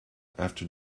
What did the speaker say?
after